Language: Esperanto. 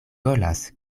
volas